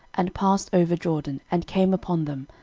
and passed over jordan, and came upon them,